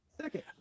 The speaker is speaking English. Second